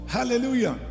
Hallelujah